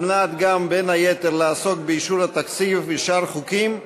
בין היתר על מנת לעסוק באישור התקציב ובשאר חוקים,